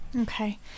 Okay